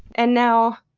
and now,